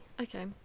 Okay